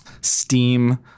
steam